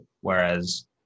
Whereas